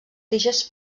tiges